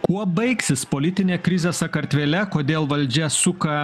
kuo baigsis politinė krizė sakartvele kodėl valdžia suka